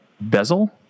bezel